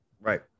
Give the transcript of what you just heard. Right